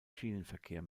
schienenverkehr